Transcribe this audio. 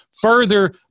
further